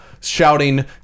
shouting